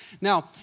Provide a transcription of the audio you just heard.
Now